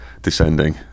descending